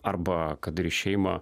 arba kad ir į šeimą